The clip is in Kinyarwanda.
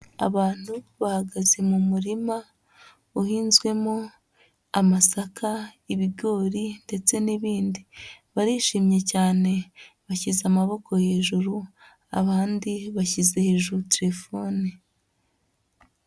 Abantu bahagaze mu murima uhinzwemo amasaka, ibigori ndetse n'ibindi, barishimye cyane, bashyize amaboko hejuru, abandi bashyize hejuru telefone.